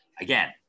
Again